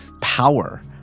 power